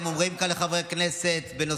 חבר הכנסת אחמד